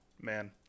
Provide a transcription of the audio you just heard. man